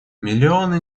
миллионы